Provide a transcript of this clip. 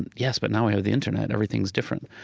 and yes. but now we have the internet. everything's different.